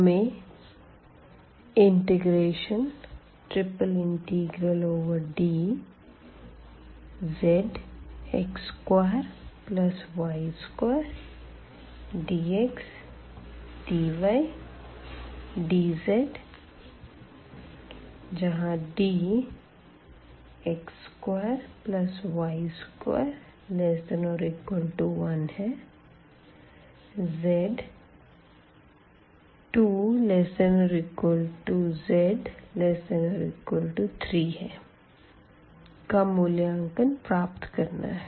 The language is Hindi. हमें इंटेग्रेशन ∭Dzx2y2dxdydz Dx2y2≤12≤z≤3 का मूल्यांकन प्राप्त करना है